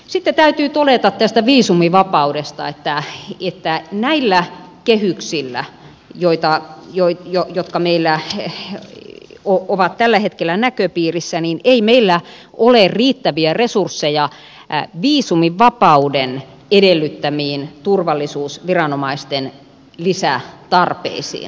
sitten täytyy todeta tästä viisumivapaudesta että näillä kehyksillä jotka meillä on tällä hetkellä näköpiirissä meillä ei ole riittäviä resursseja viisumivapauden edellyttämiin turvallisuusviranomaisten lisätarpeisiin